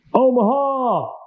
Omaha